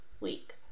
week